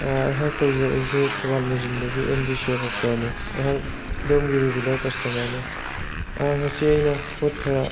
ꯑ ꯑꯩꯍꯥꯛ ꯇꯧꯖꯔꯛꯏꯁꯦ ꯊꯧꯕꯥꯜ ꯃꯣꯏꯖꯤꯡꯗꯒꯤ ꯑꯦꯝꯗꯤ ꯁ꯭ꯋꯦꯒꯨꯞꯇꯅꯤ ꯑꯩꯍꯥꯛ ꯑꯗꯣꯝꯒꯤ ꯔꯤꯒꯨꯂꯔ ꯀꯁꯇꯃꯔꯅꯤ ꯑ ꯉꯁꯤ ꯑꯩꯅ ꯄꯣꯠ ꯈꯔ